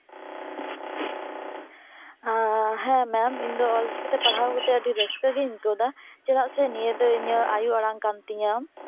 ᱦᱮᱸ ᱢᱮᱢ ᱤᱧ ᱫᱚ ᱚᱞ ᱪᱤᱠᱤᱛᱮ ᱯᱟᱲᱦᱟᱣ ᱠᱟᱛᱮ ᱟᱹᱰᱤ ᱨᱟᱹᱥᱠᱟᱹᱜᱤᱧ ᱟᱹᱭᱠᱟᱹᱣᱮᱫᱟ ᱪᱮᱫᱟᱜ ᱥᱮ ᱱᱤᱭᱟᱹ ᱫᱚ ᱤᱧᱟᱹᱜ ᱟᱭᱩ ᱟᱲᱟᱝ ᱠᱟᱱ ᱛᱤᱧᱟᱹ